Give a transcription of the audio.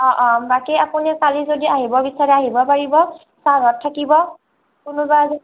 অ' অ' বাকি আপুনি কালি যদি আহিব বিচাৰে আহিব পাৰিব ছাৰহঁত থাকিব কোনোবাই